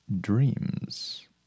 dreams